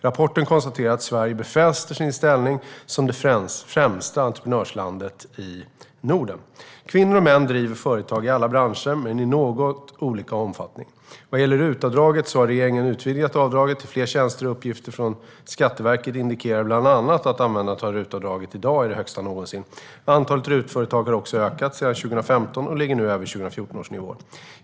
Rapporten konstaterar att Sverige befäster sin ställning som det främsta entreprenörslandet i Norden. Kvinnor och män driver företag i alla branscher men i något olika omfattning. Vad gäller RUT-avdraget har regeringen utvidgat avdraget till fler tjänster, och uppgifter från Skatteverket indikerar bland annat att användandet av RUT-avdraget i dag är det högsta någonsin. Antalet RUT-företag har också ökat sedan 2015 och ligger nu över 2014 års nivåer.